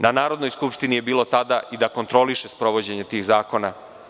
Na Narodnoj skupštini je bilo tada i da kontroliše sprovođenje tih zakona.